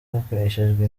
hakoreshejwe